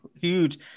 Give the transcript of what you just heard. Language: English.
huge